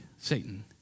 Satan